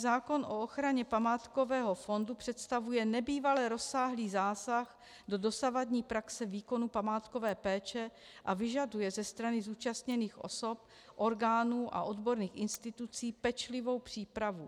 Zákon o ochraně památkového fondu představuje nebývale rozsáhlý zásah do dosavadní praxe výkonu památkové péče a vyžaduje ze strany zúčastněných osob, orgánů a odborných institucí pečlivou přípravu.